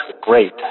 great